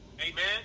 Amen